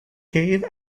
cave